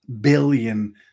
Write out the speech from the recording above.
billion